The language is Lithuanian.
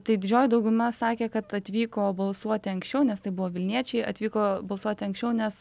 tai didžioji dauguma sakė kad atvyko balsuoti anksčiau nes tai buvo vilniečiai atvyko balsuoti anksčiau nes